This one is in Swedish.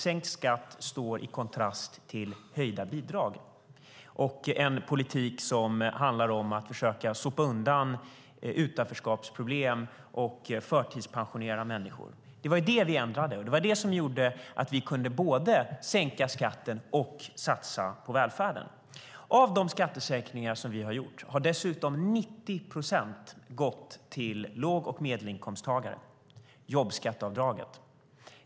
Sänkt skatt står i kontrast mot höjda bidrag och en politik som handlar om att försöka sopa undan utanförskapsproblem och förtidspensionera människor. Det var ju detta vi ändrade på. Det var det som gjorde att vi kunde både sänka skatten och satsa på välfärden. Av de skattesänkningar som vi har gjort har dessutom 90 procent gått till låg och medelinkomsttagare - jobbskatteavdraget.